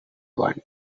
one